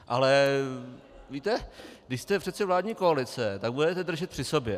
Ale víte, když jste přece vládní koalice, tak budete držet při sobě.